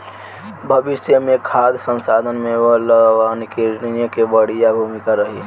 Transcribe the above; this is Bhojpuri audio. भविष्य मे खाद्य संसाधन में लवणीकरण के बढ़िया भूमिका रही